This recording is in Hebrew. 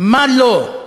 מה לא?